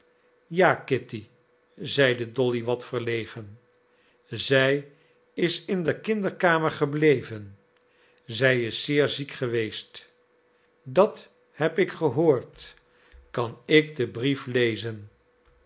ja kitty zeide dolly wat verlegen zij is in de kinderkamer gebleven zij is zeer ziek geweest dat heb ik gehoord kan ik den brief lezen